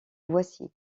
voici